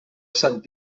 sant